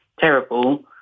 terrible